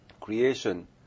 creation